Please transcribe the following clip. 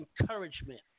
encouragement